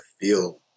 feel